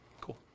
Cool